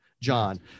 John